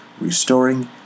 Restoring